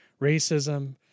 racism